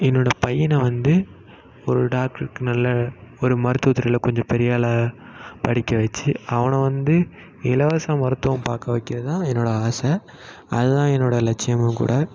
என்னோடய பையனை வந்து ஒரு டாக்டருக்கு நல்ல ஒரு மருத்துவத்துறையில் கொஞ்சம் பெரியாளாக படிக்க வச்சு அவனை வந்து இலவச மருத்துவம் பார்க்க வைக்கிறது தான் என்னோடய ஆசை அதுதான் என்னோடய லட்சியமும் கூட